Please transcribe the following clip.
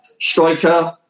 striker